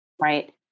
right